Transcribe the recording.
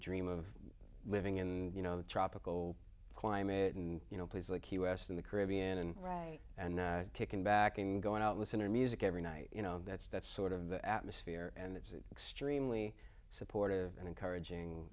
dream of living and you know the tropical climate and you know please like us in the caribbean and right and kicking back and going out listen to music every night you know that's that's sort of the atmosphere and it's extremely supportive and encouraging